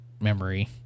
memory